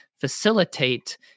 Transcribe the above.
facilitate